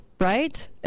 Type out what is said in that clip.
right